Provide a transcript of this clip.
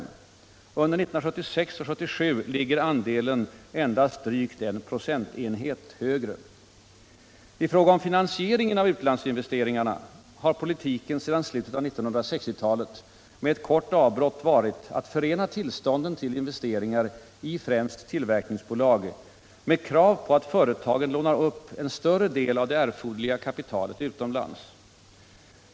Under 1976 och 1977 ligger andelen endast drygt en procentenhet högre. I fråga om finansieringen av utlandsinvesteringarna har politiken sedan slutet av 1960-talet med ett kort avbrott varit att förena tillstånden till investeringar i främst tillverkningsbolag med krav på att företagen lånar upp en större del av det erforderliga kapitalet utomlands.